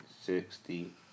sixty